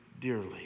dearly